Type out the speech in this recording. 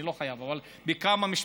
אני לא חייב, אבל בכמה משפטים.